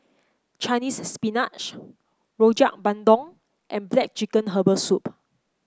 Chinese Spinach Rojak Bandung and black chicken Herbal Soup